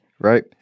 right